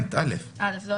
כן, מקובל